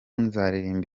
nzaririmba